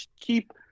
keep